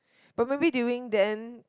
but maybe during then